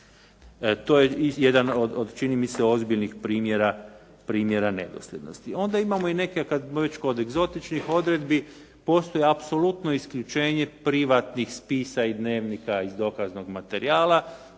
To je jedan od čini mi se ozbiljnih primjera nedosljednosti. Onda imamo i neke kad smo već kod egzotičnih odredbi, postoji apsolutno isključenje privatnih spisa i dnevnika iz dokaznog materijala,